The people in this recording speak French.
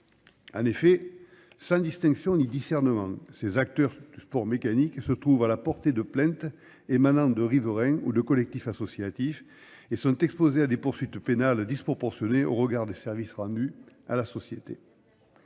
En effet, sans distinction ni discernement, ces acteurs du sport mécanique se trouvent à la portée de plaintes émanant de riverains ou de collectifs associatifs et sont exposés à des poursuites pénales disproportionnées au regard des services rendus à la société.